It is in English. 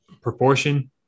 proportion